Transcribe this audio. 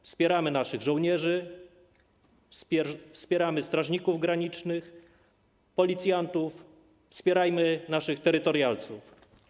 Wspieramy naszych żołnierzy, wspieramy strażników granicznych, policjantów, wspierajmy naszych terytorialsów.